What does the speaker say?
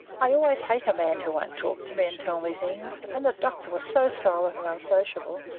i always hate a man who won't talk to me and tell me things, and the doctor was so silent and unsociable,